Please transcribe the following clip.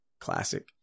Classic